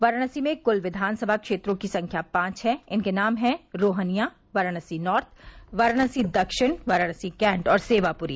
वाराणसी में कुल विधानसभा क्षेत्रों की संख्या पांच है इनके नाम है रोहनिया वाराणसी नार्थ वाराणसी दक्षिण वाराणसी कैंट और सेवापूरी